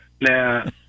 now